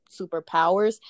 superpowers